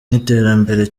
n’iterambere